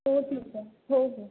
हो ठीक आहे हो हो